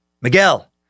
Miguel